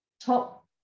top